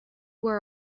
were